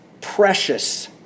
precious